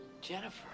Jennifer